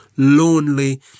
lonely